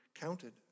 counted